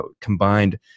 combined